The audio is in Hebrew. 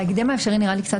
בהקדם האפשרי נראה לי קצת